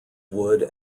wood